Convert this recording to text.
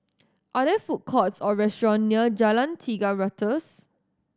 are there food courts or restaurant near Jalan Tiga Ratus